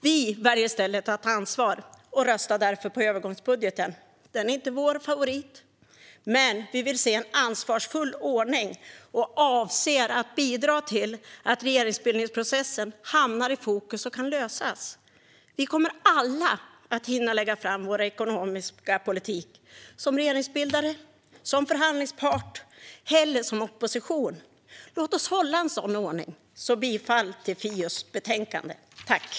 Vi väljer i stället att ta ansvar och röstar därför på övergångsbudgeten. Den är inte vår favorit, men vi vill se en ansvarsfull ordning och avser att bidra till att regeringsbildningsprocessen hamnar i fokus och kan lösas. Vi kommer alla att hinna lägga fram vår ekonomiska politik - som regeringsbildare, som förhandlingspart eller som opposition. Låt oss hålla en sådan ordning! Jag yrkar bifall till FiU:s förslag.